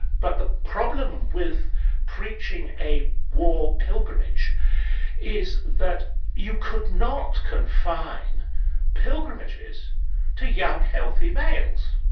but the problem with preaching a war pilgrimage is that you could not confine pilgrimages to young, healthy males.